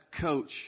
coach